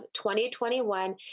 2021